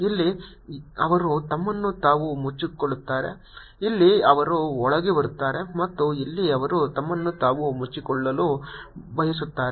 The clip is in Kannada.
ಇಲ್ಲಿ ಅವರು ತಮ್ಮನ್ನು ತಾವು ಮುಚ್ಚಿಕೊಳ್ಳುತ್ತಾರೆ ಇಲ್ಲಿ ಅವರು ಒಳಗೆ ಬರುತ್ತಾರೆ ಮತ್ತು ಇಲ್ಲಿ ಅವರು ತಮ್ಮನ್ನು ತಾವು ಮುಚ್ಚಿಕೊಳ್ಳಲು ಬಯಸುತ್ತಾರೆ